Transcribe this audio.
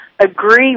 agree